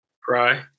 Cry